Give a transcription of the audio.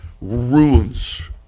Ruins